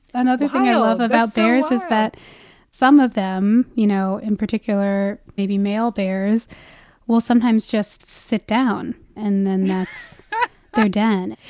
another thing i love about bears is that some of them you know, in particular maybe male bears will sometimes just sit down. and then that's their den.